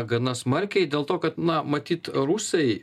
gana smarkiai dėl to kad na matyt rusai